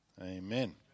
amen